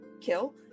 kill